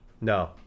no